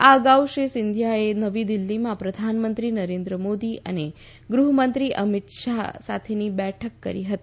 આ અગાઉ શ્રી સિંધિયાએ નવી દીલ્ફીમાં પ્રધાનમંત્રી નરેન્દ્ર મોદી અને ગૃહમંત્રી અમીત શાહની સાથે બેઠક કરી હતી